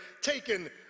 taken